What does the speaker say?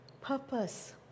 Purpose